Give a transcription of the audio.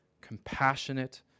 compassionate